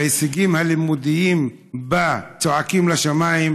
וההישגים הלימודיים בה צועקים לשמיים,